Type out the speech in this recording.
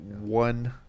One